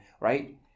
right